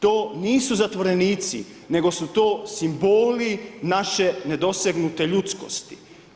To nisu zatvorenici, nego su to simboli naše nedosegnuti ljudskosti.